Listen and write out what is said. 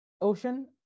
ocean